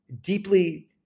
deeply